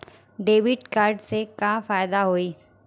Debit card से का फायदा होई?